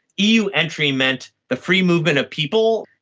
eu entry meant the free movement of people,